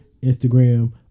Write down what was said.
Instagram